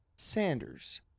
Sanders